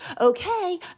Okay